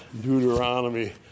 Deuteronomy